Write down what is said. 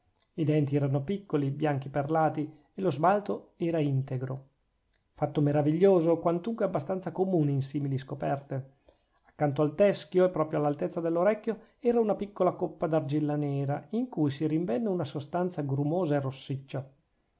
i denti erano piccoli bianchi perlati e lo smalto era integro fatto maraviglioso quantunque abbastanza comune in simili scoperte accanto al teschio e proprio all'altezza dell'orecchio era una piccola coppa d'argilla nera in cui si rinvenne una sostanza grumosa e rossiccia